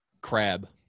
crab